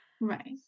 right